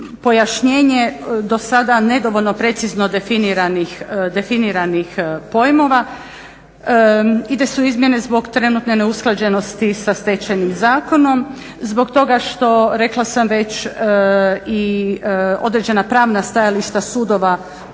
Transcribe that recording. pojašnjenje do sada nedovoljno precizno definiranih pojmova. Ide se u izmjene zbog trenutne neusklađenosti sa Stečajnim zakonom, zbog toga što rekla sam već i određena pravna stajališta sudova